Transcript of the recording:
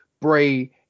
Bray